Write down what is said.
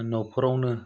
नखरावनो